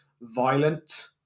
violent